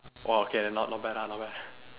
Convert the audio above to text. oh okay then not not bad ah not bad